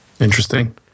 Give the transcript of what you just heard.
Interesting